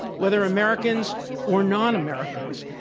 whether americans or non-americans,